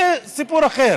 זה סיפור אחר.